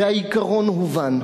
והעיקרון הובן.